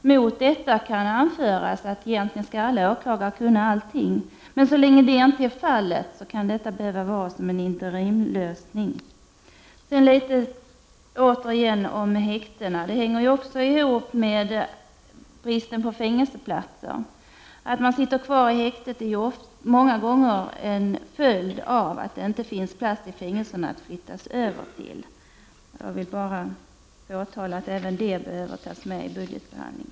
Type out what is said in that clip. Mot detta kan anföras att egentligen skall alla åklagare kunna allting, men så länge så inte är fallet kan det behövas som en interimlösning. Sedan åter till häktena. Missförhållandena här hänger också ihop med bristen på fängelseplatser. Att man sitter kvar i häktet under många år är en följd av att det inte finns plats i fängelserna att flytta över till. Jag vill bara påpeka att även detta behöver tas med i budgetbehandlingen.